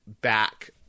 back